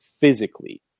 Physically